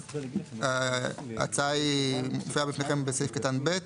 אז ההצעה מופיעה בפניכם בסעיף קטן (ב),